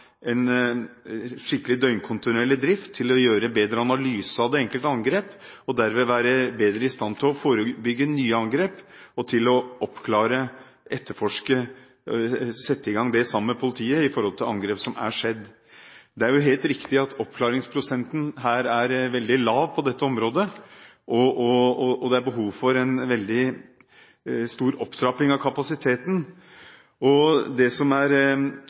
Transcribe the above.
bedre i stand til å forebygge nye angrep og til å oppklare sammen med politiet og sette i gang etterforskning av angrep som har skjedd. Det er helt riktig at oppklaringsprosenten på dette området er veldig lav, og det er behov for en stor opptrapping av kapasiteten. Det som også er